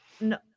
No